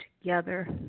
together